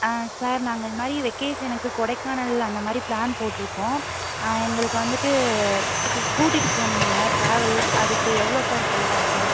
ஆ sir நாங்கள் இதுமாதிரி வெக்கேஷனுக்கு கொடைக்கானல் அந்தமாதிரி ப்ளான் போட்டுருக்கோம் எங்களுக்கு வந்துகிட்டு கூ கூட்டிட்டு போகணும் நீங்கள் ட்ராவல் அதுக்கு எவ்வளோ சார் செலவாகும்